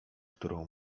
którą